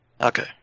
Okay